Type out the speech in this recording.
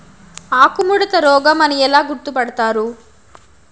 ఆకుముడత రోగం అని ఎలా గుర్తుపడతారు?